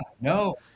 no